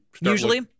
usually